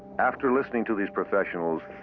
after listening to these professionals,